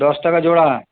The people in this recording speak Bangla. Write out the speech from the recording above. দশ টাকা জোড়া